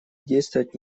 действовать